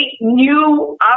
new